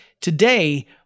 today